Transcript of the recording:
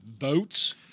votes